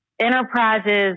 enterprises